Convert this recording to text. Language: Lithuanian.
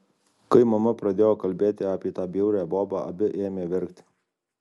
kai mama pradėjo kalbėti apie tą bjaurią bobą abi ėmė verkti